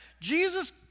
Jesus